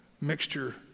Mixture